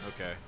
Okay